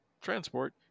transport